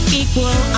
equal